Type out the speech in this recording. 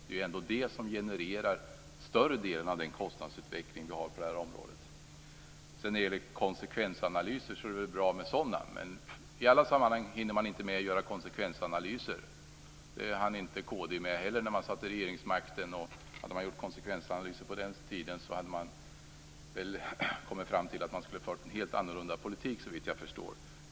Det är ju ändå det som genererar större delen av den kostnadsutveckling vi har på det här området. Konsekvensanalyser är väl bra. Men i alla sammanhang hinner man inte med att göra konsekvensanalyser. Det hann inte heller kd med när man hade del i regeringsmakten. Hade man gjort konsekvensanalyser på den tiden hade man väl kommit fram till att man skulle ha fört en helt annorlunda politik, såvitt jag förstår.